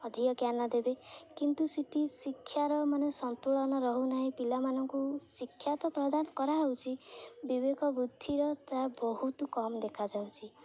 ଅଧିକ ଜ୍ଞାନ ଦେବେ କିନ୍ତୁ ସିଠି ଶିକ୍ଷାର ମାନେ ସନ୍ତୁଳନ ରହୁ ନାହିଁ ପିଲାମାନଙ୍କୁ ଶିକ୍ଷା ତ ପ୍ରଦାନ କରାହେଉଛି ବିବେକ ବୁଦ୍ଧିର ତାହା ବହୁତ କମ୍ ଦେଖାଯାଉଛି